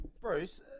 bruce